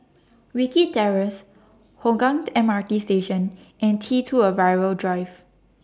Wilkie Terrace Hougang M R T Station and T two Arrival Drive